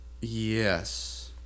Yes